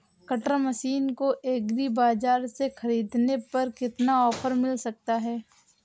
Cutter machine को agri बाजार से ख़रीदने पर कितना ऑफर मिल सकता है?